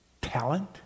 talent